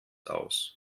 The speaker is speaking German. aus